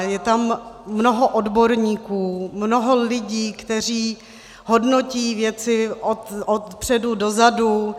Je tam mnoho odborníků, mnoho lidí, kteří hodnotí věci odpředu dozadu.